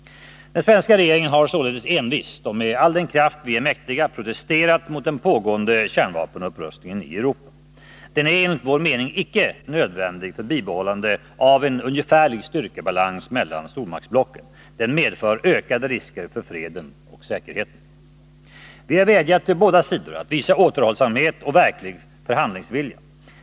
Den svenska regeringen har således envist och med all den kraft vi är mäktiga protesterat mot den pågående kärnvapenupprustningen i Europa. Den är enligt vår mening icke nödvändig för bibehållande av en ungefärlig styrkebalans mellan stormaktsblocken. Den medför ökade risker för freden och säkerheten. Vi har vädjat till båda sidor att visa återhållsamhet och verklig förhandlingsvilja.